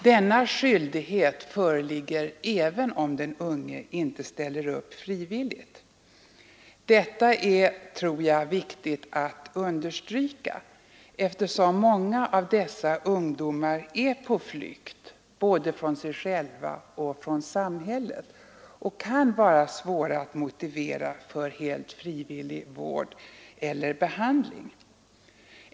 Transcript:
Denna skyldighet föreligger även om den unge inte ställer upp frivilligt. Detta är, tror jag, viktigt att understryka eftersom många av dessa ungdomar är på flykt både från sig själva och från samhället och kan vara svåra att motivera för helt frivillig vård eller behandling.